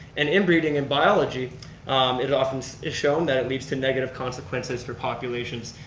and inbreeding in biology it often is shown that it leads to negative consequences for populations.